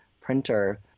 printer